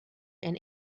and